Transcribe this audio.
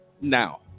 Now